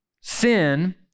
sin